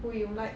who you like